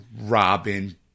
Robin